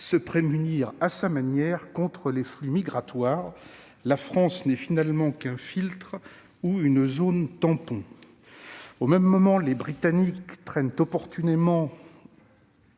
se prémunit à sa manière contre les flux migratoires. La France n'est en définitive qu'un filtre ou une zone tampon. Au même moment, les Britanniques traînent opportunément